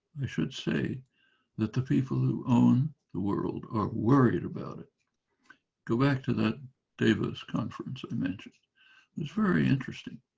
i should say that the people who own the world worried about it go back to that davos conference and imagine it was very interesting